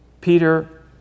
Peter